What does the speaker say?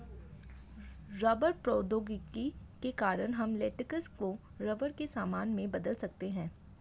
rubber प्रौद्योगिकी के कारण हम लेटेक्स को रबर के सामान में बदल सकते हैं